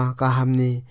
kahamni